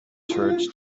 church